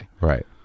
right